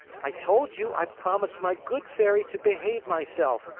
i told you i promised my good fairy to behave myself,